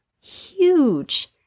huge